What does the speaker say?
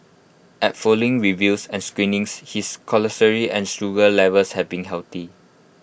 at following reviews and screenings his and sugar levels have been healthy